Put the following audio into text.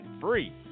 free